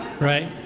Right